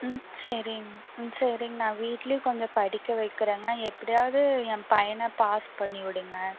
ம் சரிங்க ம் சரிங்க நான் வீட்லையும் கொஞ்சம் படிக்க வைக்கிறேங்க எப்படியாவது ஏன் பையனை பாஸ் பண்ணிவிடுங்க